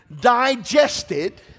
digested